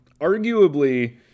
arguably